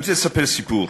אני רוצה לספר סיפור.